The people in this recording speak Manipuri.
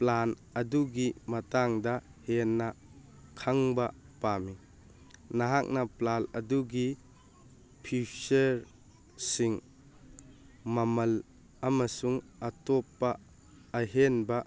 ꯄ꯭ꯂꯥꯟ ꯑꯗꯨꯒꯤ ꯃꯇꯥꯡꯗ ꯍꯦꯟꯅ ꯈꯪꯕ ꯄꯥꯝꯃꯤ ꯅꯍꯥꯛꯅ ꯄ꯭ꯂꯥꯟ ꯑꯗꯨꯒꯤ ꯐꯤꯎꯆꯔꯁꯤꯡ ꯃꯃꯜ ꯑꯃꯁꯨꯡ ꯑꯇꯣꯞꯄ ꯑꯍꯦꯟꯕ